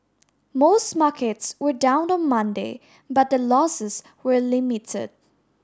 most markets were down on Monday but the losses were limited